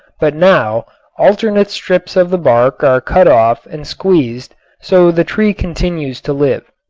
but now alternate strips of the bark are cut off and squeezed so the tree continues to live.